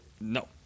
No